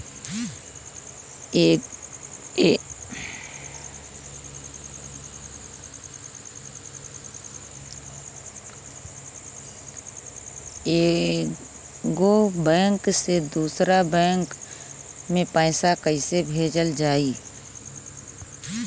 एगो बैक से दूसरा बैक मे पैसा कइसे भेजल जाई?